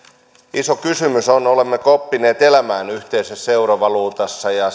iso kysymys on olemmeko oppineet elämään yhteisessä eurovaluutassa ja